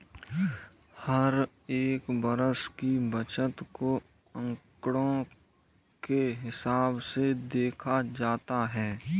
हर एक वर्ष की बचत को आंकडों के हिसाब से देखा जाता है